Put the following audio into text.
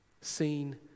seen